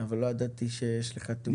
לא ידעתי שיש לך תעודת עיוור.